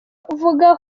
avuga